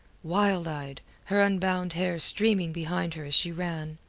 wild-eyed, her unbound hair streaming behind her as she ran.